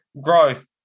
growth